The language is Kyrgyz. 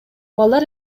балдар